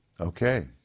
Okay